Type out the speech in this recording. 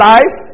Life